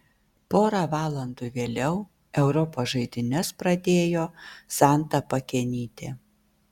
pora valandų vėliau europos žaidynes pradėjo santa pakenytė